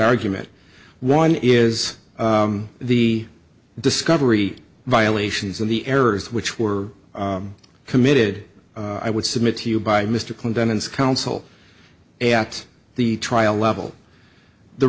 argument one is the discovery violations and the errors which were committed i would submit to you by mr clinton's counsel at the trial level the